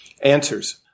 answers